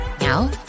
now